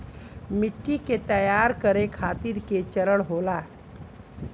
मिट्टी के तैयार करें खातिर के चरण होला?